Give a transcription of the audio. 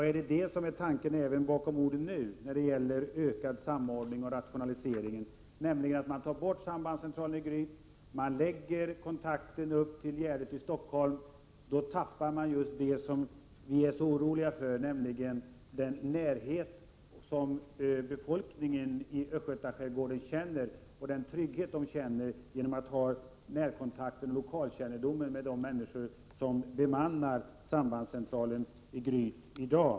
Är detta tanken även bakom orden nu om ökad samordning och rationaliseringar — dvs. att ta bort sambandscentralen i Gryt och förlägga kontakterna till Gärdet i Stockholm — då tappar man just det som vi är så oroliga för, nämligen den trygghet befolkningen i Östgötaskärgården känner genom den närkontakt och lokalkännedom som finns genom de människor som bemannar sambandscentralen i Gryt i dag.